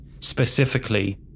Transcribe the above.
specifically